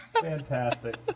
Fantastic